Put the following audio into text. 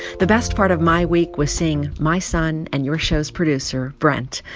the best part of my week was seeing my son and your show's producer, brent,